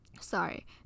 sorry